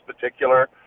particular